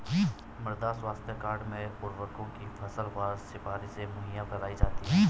मृदा स्वास्थ्य कार्ड में उर्वरकों की फसलवार सिफारिशें मुहैया कराई जाती है